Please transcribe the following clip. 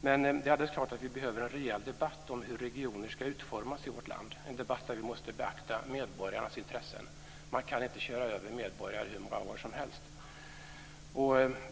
Men det är alldeles klart att vi behöver en rejäl debatt om hur regioner ska utformas i vårt land, en debatt där vi måste beakta medborgarnas intressen. Man kan inte köra över medborgare hur många år som helst.